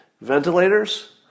Ventilators